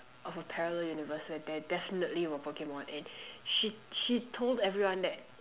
of a parallel universe where there definitely were Pokemon and she she told everyone that